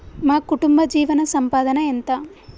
మా కుటుంబ జీవన సంపాదన ఎంత?